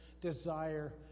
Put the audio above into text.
desire